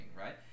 right